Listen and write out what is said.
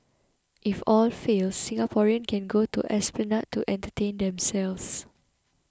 if all fails Singaporeans can go to Esplanade to entertain themselves